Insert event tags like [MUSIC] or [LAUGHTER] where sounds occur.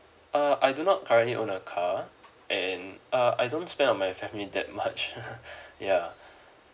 uh I do not currently own a car and uh I don't spend on my family that much [LAUGHS] ya